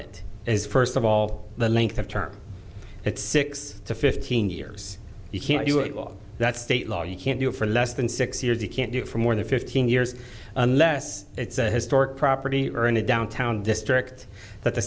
it is first of all the length of term at six to fifteen years you can't do it all that state law you can't do it for less than six years you can't do it for more than fifteen years unless it's a historic property erna downtown district that the